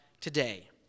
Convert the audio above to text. today